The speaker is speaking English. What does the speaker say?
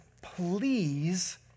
please